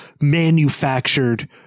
manufactured